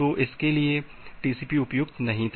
तो इसके लिए टीसीपी उपयुक्त नहीं था